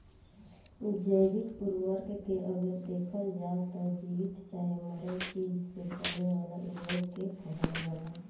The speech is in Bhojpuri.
जैविक उर्वरक के अगर देखल जाव त जीवित चाहे मरल चीज से बने वाला उर्वरक के कहल जाला